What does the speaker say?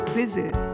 visit